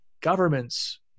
governments